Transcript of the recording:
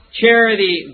Charity